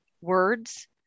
words